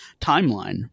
timeline